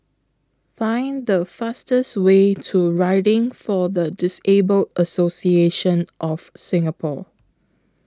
Find The fastest Way to Riding For The Disabled Association of Singapore